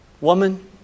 Woman